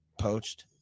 poached